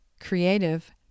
creative